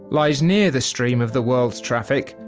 lies near the stream of the world's traffic,